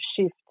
shift